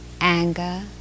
Anger